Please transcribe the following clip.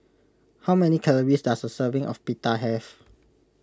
how many calories does a serving of Pita have